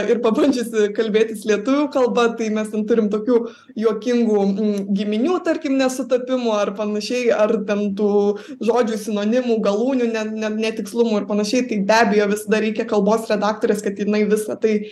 ir pabandžiusi kalbėtis lietuvių kalba tai mes ten turim tokių juokingų giminių tarkim nesutapimų ar panašiai ar ten tų žodžių sinonimų galūnių ne ne netikslumų ir panašiai tai be abejo visada reikia kalbos redaktorės kad jinai visa tai